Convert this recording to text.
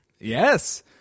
Yes